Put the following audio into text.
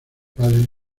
padre